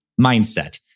mindset